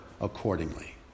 accordingly